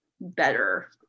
better